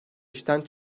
işten